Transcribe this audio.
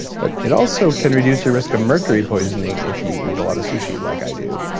but it also can reduce your risk of mercury poisoning if you eat a lot of sushi, like i do.